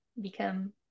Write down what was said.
become